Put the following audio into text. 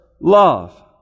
love